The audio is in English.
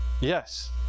Yes